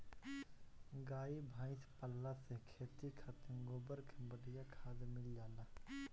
गाई भइस पलला से खेती खातिर गोबर के बढ़िया खाद मिल जाला